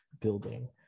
building